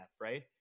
right